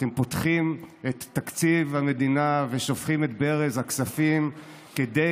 אתם פותחים את תקציב המדינה ושופכים את ברז הכספים כדי